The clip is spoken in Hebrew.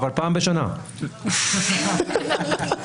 יש לנו פה קצת סוגיה אחרת כשאנו מדברים על תקבולים שניתנו בכסף.